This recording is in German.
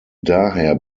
daher